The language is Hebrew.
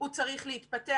הוא צריך להתפתח.